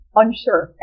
unsure